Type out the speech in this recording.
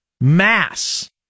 mass